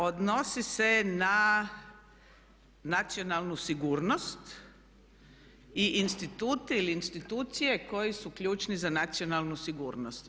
Odnosi se na nacionalnu sigurnost i institut ili institucije koji su ključni za nacionalnu sigurnost.